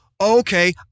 okay